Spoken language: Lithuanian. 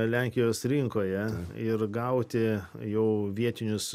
lenkijos rinkoje ir gauti jau vietinius